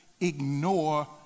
ignore